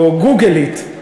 או גוגלית,